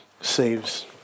saves